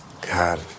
God